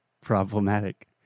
problematic